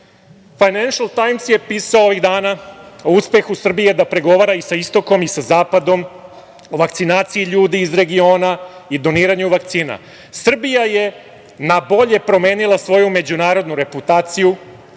„Fajnenšl tajms“ je pisao ovih dana o uspehu Srbije da pregovara i sa istokom i sa zapadom, o vakcinaciji ljudi iz regiona i doniranju vakcina. Srbija je na bolje promenila svoju međunarodnu reputaciju